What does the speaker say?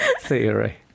theory